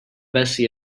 bessie